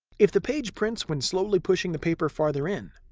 if the page prints when slowly pushing the paper farther in,